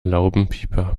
laubenpieper